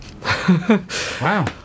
Wow